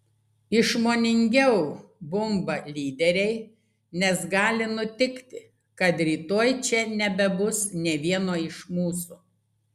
išmoningiau bumba lyderiai nes gali nutikti kad rytoj čia nebebus nė vieno iš mūsų